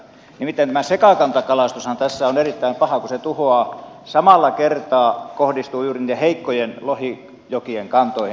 nimittäin tämä sekakantakalastushan tässä on erittäin paha kun se samalla kertaa kohdistuu juuri niiden heikkojen lohijokien kantoihin